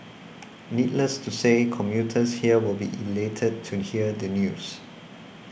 needless to say commuters here will be elated to hear the news